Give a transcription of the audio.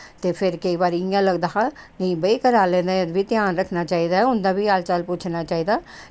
ते फिर केईं बारी इंया लगदा हा की भई घरे आह्लें बी ध्यान रक्खना चाहिदा ते उंदा बी हाल चाल पुच्छना चाहिदा